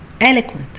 eloquent